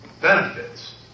benefits